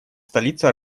столица